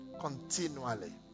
continually